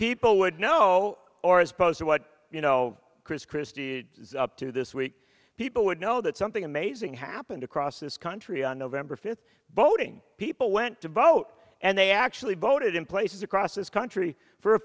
people would know or as opposed to what you know chris christie up to this week people would know that something amazing happened across this country on november fifth voting people went to vote and they actually voted in places across this country for a